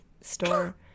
store